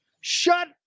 Shut